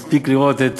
מספיק לראות את